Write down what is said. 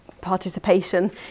participation